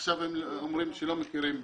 עכשיו הם אומרים שהם לא מכירים בי.